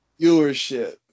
viewership